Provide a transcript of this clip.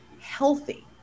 healthy